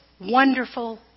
wonderful